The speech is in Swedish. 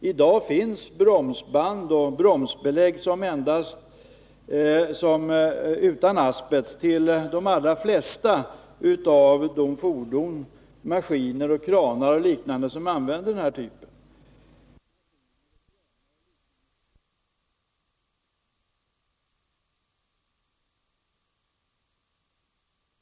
I dag finns bromsband och bromsbelägg utan asbest till de allra flesta av de fordon, maskiner, kranar och liknande som använder den här typen av utrustning. Asbest ersätts med olika metalloch textilmaterial, som bedöms vara ofarliga. De här ersättningsmaterialen får användas. Det finns inga Nr 15 begränsningar från trafiksäkerhetsverket eller någon annan myndighet. Har Fredagen den arbetsmarknadsministern någon annan uppfattning? 30 oktober 1981